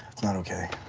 it's not okay.